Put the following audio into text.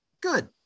Good